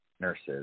nurses